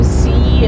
see